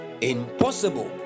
impossible